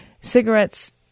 cigarettes